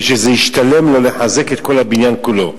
ושזה ישתלם לו לחזק את הבניין כולו.